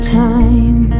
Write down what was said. time